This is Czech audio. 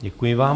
Děkuji vám.